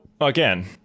again